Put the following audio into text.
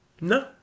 No